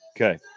Okay